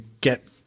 get